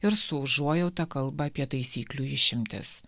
ir su užuojauta kalba apie taisyklių išimtis